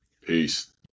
Peace